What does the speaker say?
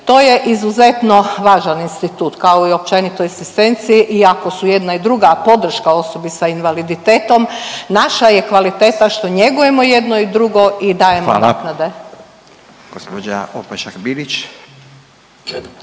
To je izuzetno važan institut kao i općenito asistenciji iako su jedna i druga podrška osobi s invaliditetom, naša je kvaliteta što njegujemo jedno i drugo i dajemo naknade. **Radin, Furio (Nezavisni)** Hvala.